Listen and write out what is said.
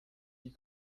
die